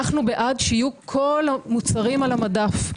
אנו בעד שיהיו כל המוצרים על המדף.